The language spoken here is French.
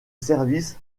service